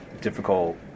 difficult